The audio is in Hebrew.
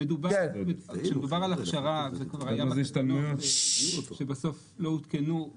כשמדובר על הכשרה --- שבסוף לא עודכנו,